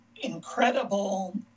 incredible